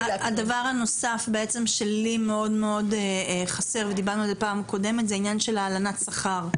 הדבר הנוסף שחסר לי הוא עניין הלנת השכר.